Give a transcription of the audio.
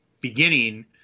beginning